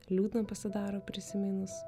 liūdna pasidaro prisiminus